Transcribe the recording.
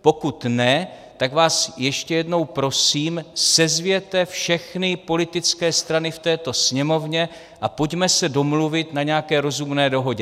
Pokud ne, tak vás ještě jednou prosím, sezvěte všechny politické strany v této Sněmovně a pojďme se domluvit na nějaké rozumné dohodě.